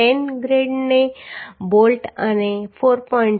Fe410 ગ્રેડના bolt અને 4